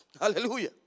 Hallelujah